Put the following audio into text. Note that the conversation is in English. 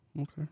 Okay